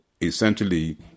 Essentially